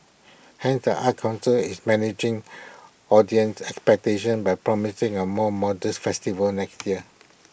hence the arts Council is managing audience expectations by promising A more modest festival next year